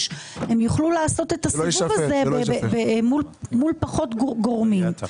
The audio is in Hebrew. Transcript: הן יוכלו לעשות את הסיבוב הזה מול פחות גורמים.